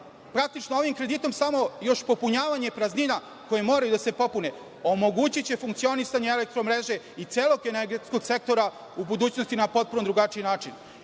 praktično ovim kreditom samo još popunjavanje praznina, koji moraju da se popune, omogući će funkcionisanje elektromreže i celog energetskog sektora budućnosti na potpuno drugačiji način.